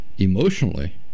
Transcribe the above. emotionally